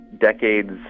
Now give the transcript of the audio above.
decades